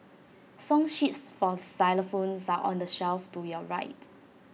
song sheets for xylophones are on the shelf to your right